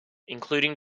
including